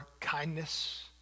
kindness